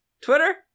Twitter